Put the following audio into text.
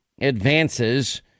advances